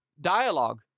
dialogue